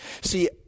See